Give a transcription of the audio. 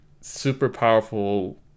super-powerful